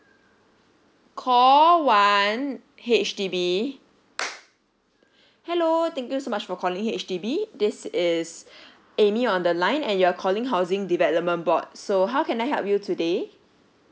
uh call one H_D_B hello thank you so much for calling H_D_B this is amy on the line and you're calling housing development board so how can I help you today